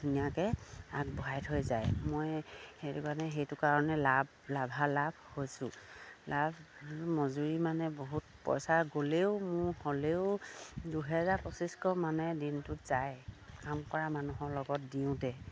ধুনীয়াকে আগবঢ়াই থৈ যায় মই সেইটো কাৰণে সেইটো কাৰণে লাভ লাভালাভ হৈছোঁ লাভ মজুৰি মানে বহুত পইচা গ'লেও মোৰ হ'লেও দুহেজাৰ পঁচিছশ মানে দিনটোত যায় কাম কৰা মানুহৰ লগত দিওঁতে